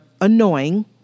annoying